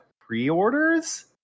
pre-orders